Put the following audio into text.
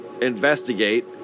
investigate